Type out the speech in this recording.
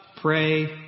pray